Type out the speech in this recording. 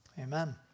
Amen